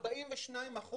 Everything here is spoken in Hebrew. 42%